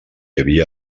havia